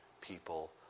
people